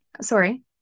sorry